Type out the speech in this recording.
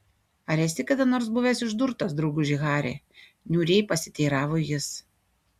ar esi kada nors buvęs išdurtas drauguži hari niūriai pasiteiravo jis